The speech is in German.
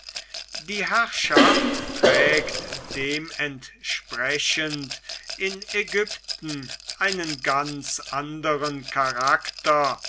die herrschaft trägt dementsprechend in ägypten einen ganz anderen charakter